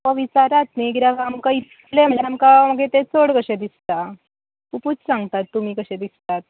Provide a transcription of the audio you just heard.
हय विचारात न्ही कित्याक आमकां इतलें म्हणल्यार आमकां तें मागीर चड कशें दिसता खुबूच सांगता तुमी कशें दिसता